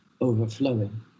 overflowing